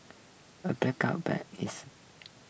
a blanket ban is